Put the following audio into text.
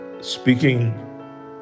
speaking